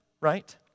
right